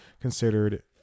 considered